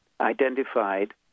identified